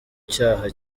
cyaha